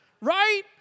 right